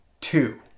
two